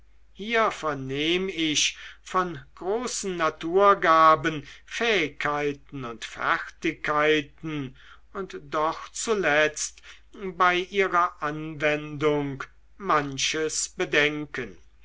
hier vernehme ich von großen naturgaben fähigkeiten und fertigkeiten und doch zuletzt bei ihrer anwendung manches bedenken